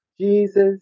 Jesus